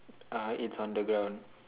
uh it's on the ground